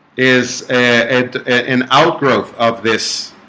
is and an outgrowth of this